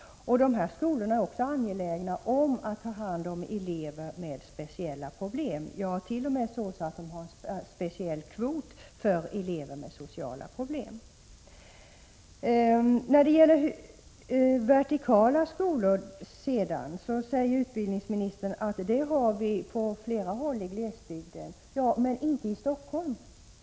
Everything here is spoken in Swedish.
De här skolorna är också angelägna om att ta hand om elever som har speciella problem. De har t.o.m. en speciell kvot i vad gäller intagning av elever med sociala problem. När det gäller vertikala skolor säger utbildningsministern att det finns sådana på flera håll i glesbygden. Ja, men det gäller inte i Stockholm.